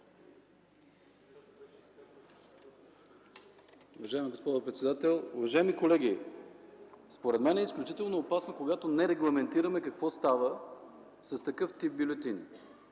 Уважаема госпожо председател, уважаеми колеги! Според мен е изключително опасно, когато не регламентираме какво става с такъв тип бюлетини.